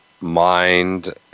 mind